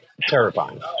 terrifying